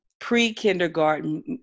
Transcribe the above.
pre-kindergarten